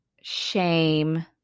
shame